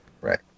Right